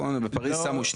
בפריז שמו.